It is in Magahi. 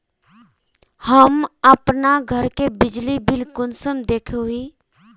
हम आप घर के बिजली बिल कुंसम देखे हुई?